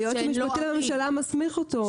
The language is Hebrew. היועץ המשפטי לממשלה מסמיך אותו.